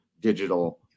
digital